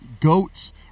Goat's